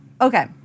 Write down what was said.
Okay